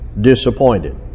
disappointed